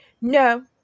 no